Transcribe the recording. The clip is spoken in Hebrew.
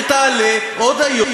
שתעלה עוד היום,